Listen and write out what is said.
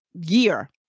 year